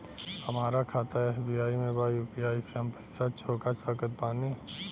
हमारा खाता एस.बी.आई में बा यू.पी.आई से हम पैसा चुका सकत बानी?